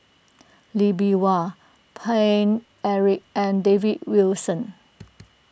Lee Bee Wah Paine Eric and David Wilson